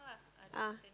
ah